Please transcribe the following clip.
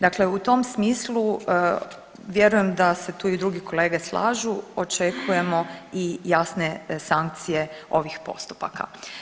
Dakle, u tom smislu vjerujem da se tu i drugi kolege slažu, očekujemo i jasne sankcije ovih postupaka.